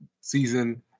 season